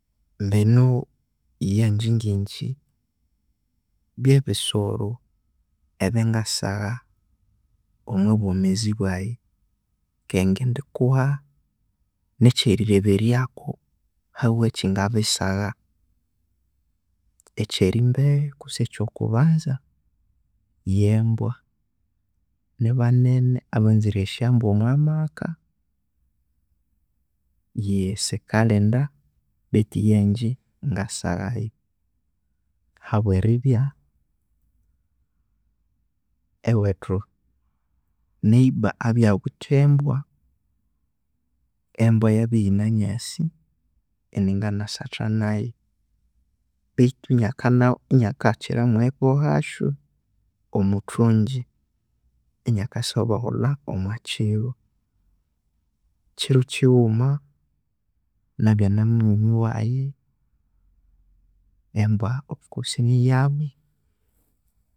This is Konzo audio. Binu eyangye ngi'ngye byebisoro ebya ngasagha omwa bwomezi bwaghee keghe ngindikuha nekyerireberyako habwaki ngabisagha ekyerimbere kutse ekyokubanza ye mbwa nibanene abanzire esyombwa omwamaka yeee sikalhinda beithu yangye ngasaghayu habweribya, ewethu neyiba abya awithe embwa embwa, embwa yabya iyinanyasi inanganasatha nayu beithu inaaa inakakira eribohasyo omwithungyi inakasibohola omwa kiro, kiro kighuma nabya na munywani waghee, embwa of course inayinyi